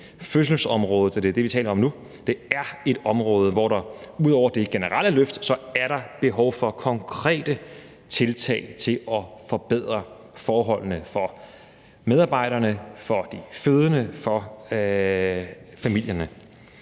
taler om nu, er et område, hvor der ud over det generelle løft er behov for konkrete tiltag til at forbedre forholdene for medarbejderne, for de fødende og for familierne.